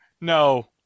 no